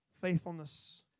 faithfulness